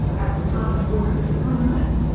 at the time of woodford's appointment,